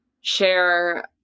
share